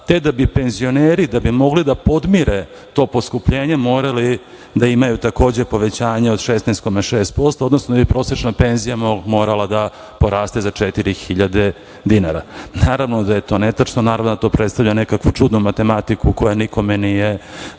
te da bi penzioneri da bi mogli da podmire to poskupljenje morali da imaju takođe povećanje od 16,6%, odnosno da je prosečna penzija morala da poraste za 4.000 dinara. Naravno, da je to netačno i naravno da to predstavlja nekakvu čudnu matematiku koja nikome nije zapravo